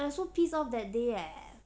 I so piss off that day eh